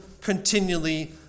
continually